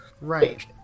Right